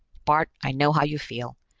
bart, i know how you feel.